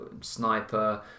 sniper